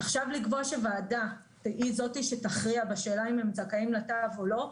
עכשיו לקבוע שוועדה היא זו שתכריע בשאלה אם הם זכאים לתו או לא,